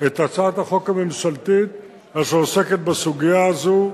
את הצעת החוק הממשלתית אשר עוסקת בסוגיה הזו.